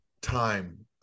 time